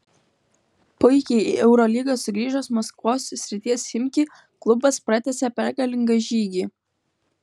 puikiai į eurolygą sugrįžęs maskvos srities chimki klubas pratęsė pergalingą žygį